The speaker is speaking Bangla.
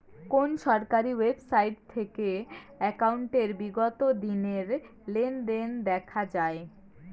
কোন সরকারি ওয়েবসাইট থেকে একাউন্টের বিগত দিনের লেনদেন দেখা যায়?